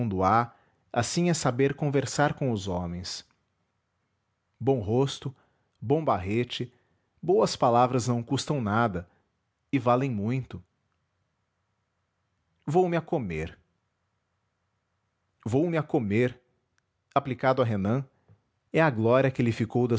há assim é saber conversar com os homens bom rosto bom barrete boas palavras não custam nada e valem muito vou-me a comer vou-me a comer aplicado a renan é a glória que lhe ficou